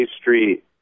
Street